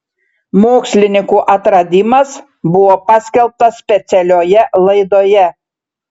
mokslininkų atradimas buvo paskelbtas specialioje laidoje